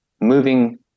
moving